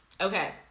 Okay